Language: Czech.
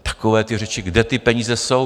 Takové ty řeči, kde ty peníze jsou?